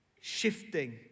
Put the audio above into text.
shifting